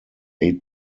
eight